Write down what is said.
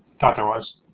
thought there was.